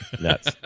nuts